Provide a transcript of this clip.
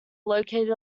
located